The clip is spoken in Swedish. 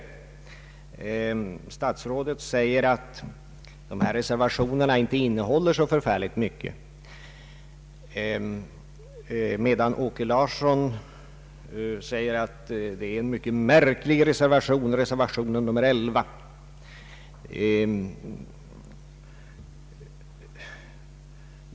Herr statsrådet säger att de reservationer som här avgetts inte innehåller så mycket, under det att herr Åke Larsson säger att reservation 11 är mycket märklig.